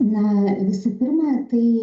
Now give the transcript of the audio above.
na visų pirma tai